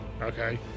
Okay